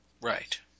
right